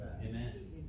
Amen